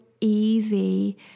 easy